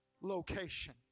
location